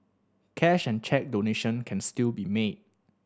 cash and cheque donation can still be made